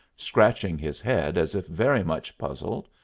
scratching his head as if very much puzzled.